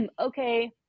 okay